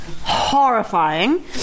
horrifying